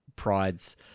prides